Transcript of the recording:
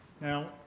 Now